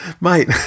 mate